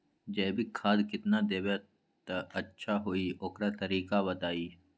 जैविक खाद केतना देब त अच्छा होइ ओकर तरीका बताई?